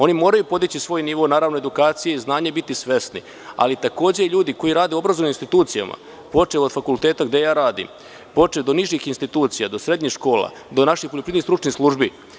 Oni moraju podići svoj nivo edukacije i znanja i biti svesni, ali, takođe i ljudi koji rade u obrazovnim institucijama, počev od fakulteta gde ja radim, do nižih institucija, do srednjih škola, do naših poljoprivrednih stručnih službi.